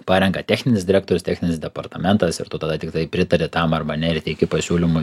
parenka techninis direktorius techninis departamentas ir tu tada tiktai pritari tam arba ne ir teiki pasiūlymui